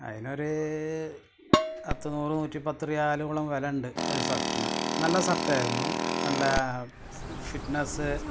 അതിനൊരു പത്ത് നൂറ് നൂറ്റിപ്പത്ത് റിയാലോളം വില ഉണ്ട് ഒരു ഷര്ട്ടിന് നല്ല ഷര്ട്ടായിരുന്നു നല്ല ഫിറ്റ്നസ്